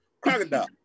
Crocodile